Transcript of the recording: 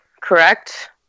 correct